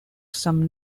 some